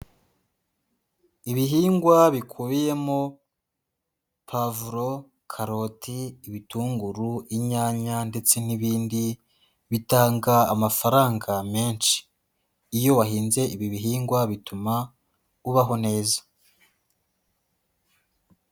Ibihingwa bikubiyemo pavuro, karoti, ibitunguru, inyanya ndetse n'ibindi bitanga amafaranga menshi, iyo wahinze ibi bihingwa bituma ubaho neza.